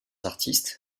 artistes